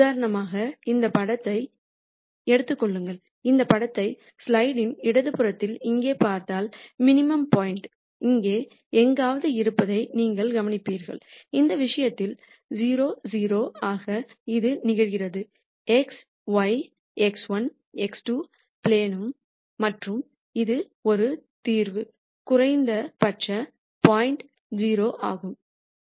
உதாரணமாக இந்த படத்தை எடுத்துக் கொள்ளுங்கள் இந்த படத்தை ஸ்லைடின் இடது புறத்தில் இங்கே பார்த்தால் மினிமம் பாயிண்ட் இங்கே எங்காவது இருப்பதை நீங்கள் கவனிப்பீர்கள் இந்த விஷயத்தில் 0 0 ஆக இது நிகழ்கிறது x y x1 x2 plane ம் மற்றும் இது ஒரு தீர்வு குறைந்தபட்ச பாயிண்ட் 0 ஆகும்